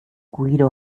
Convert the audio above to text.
guido